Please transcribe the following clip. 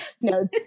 no